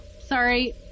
sorry